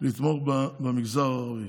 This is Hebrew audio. לתמוך רק במגזר הערבי.